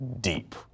deep